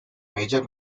major